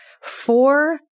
four